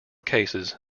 cases